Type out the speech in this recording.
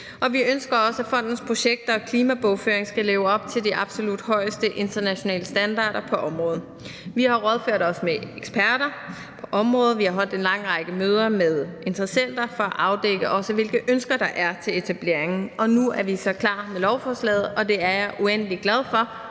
vi ønsker også, at fondens projekter og klimabogføring skal leve op til de absolut højeste internationale standarder på området. Vi har rådført os med eksperter på området, vi har holdt en lang række møder med interessenter for også at afdække, hvilke ønsker der er til etableringen, og nu er vi så klar med lovforslaget, og det er jeg uendelig glad for